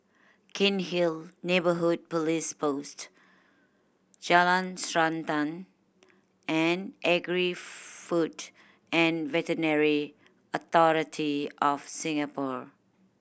Cairnhill Neighbourhood Police Post Jalan Srantan and Agri Food and Veterinary Authority of Singapore